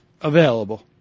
available